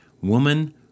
Woman